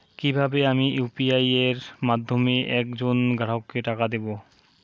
কিভাবে আমি ইউ.পি.আই এর মাধ্যমে এক জন গ্রাহককে টাকা দেবো?